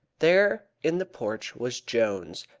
there in the porch was jones,